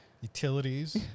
Utilities